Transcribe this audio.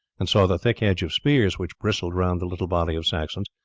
and saw the thick hedge of spears which bristled round the little body of saxons,